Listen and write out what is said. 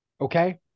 Okay